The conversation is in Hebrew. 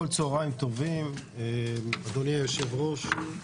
צהריים טובים, אדוני היושב-ראש.